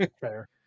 fair